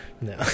no